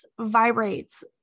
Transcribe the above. vibrates